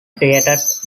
created